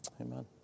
amen